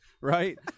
Right